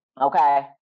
okay